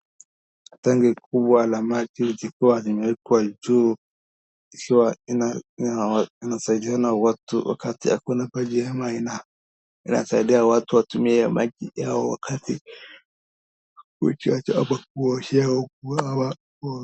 Tangi kubwa la maji likiwa limewekwa juu likiwa linasaidia watu wakati hakuna maji ama inasaidia watu watumie maji yao, kuchota ama kuoshea.